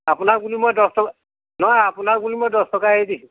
আপোনাক বুলি মই দছ টকা নহয় আপোনাক বুলি মই দছ টকা এৰি দিছোঁ